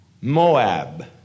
Moab